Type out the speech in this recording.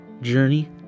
journey